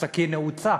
הסכין נעוצה.